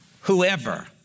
whoever